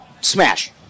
smash